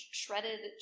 shredded